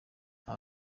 aba